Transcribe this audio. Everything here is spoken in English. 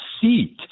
seat